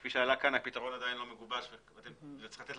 כפי עלה כאן הפתרון עדיין לא מגובש וצריך לתת